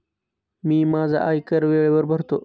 मी माझा आयकर वेळेवर भरतो